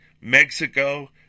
Mexico